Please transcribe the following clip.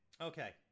Okay